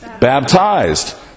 Baptized